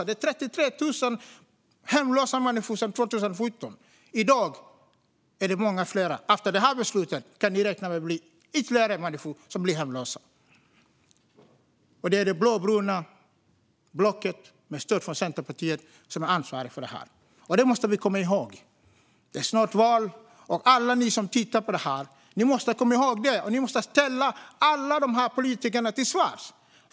Det fanns 33 000 hemlösa människor 2017, och i dag är de många fler. Men efter detta beslut kan vi räkna med att ytterligare människor blir hemlösa. Det är det blåbruna blocket som med stöd av Centerpartiet har ansvaret för detta. Det måste vi komma ihåg. Det är snart val, och alla som tittar på detta måste komma ihåg detta och ställa alla dessa politiker till svars.